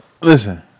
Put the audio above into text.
Listen